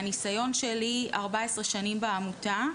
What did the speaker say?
מהניסיון שלי 14 שנים בעמותה,